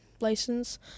license